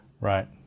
right